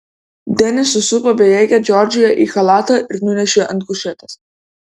denis susupo bejėgę džordžiją į chalatą ir nunešė ant kušetės